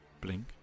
blink